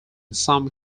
some